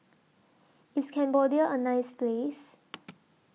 IS Cambodia A nice Place